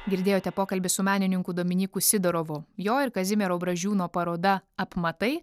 girdėjote pokalbį su menininku dominyku sidorovu jo ir kazimiero brazdžiūno paroda apmatai